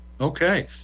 Okay